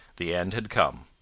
the end had come.